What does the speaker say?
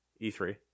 E3